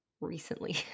Recently